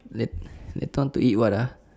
late later on to eat what ah